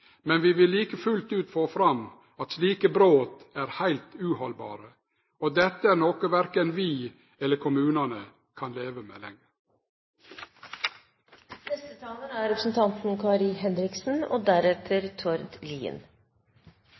men vi vil like fullt få fram at slike brot er heilt uhaldbare, og at dette er noko verken vi eller kommunane kan leve med lenger. Kommunene er ikke hva de en gang var. Og